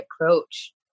approach